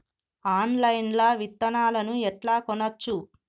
Online లా విత్తనాలను ఎట్లా కొనచ్చు?